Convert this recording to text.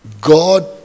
God